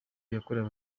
yakorewe